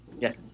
Yes